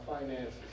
finances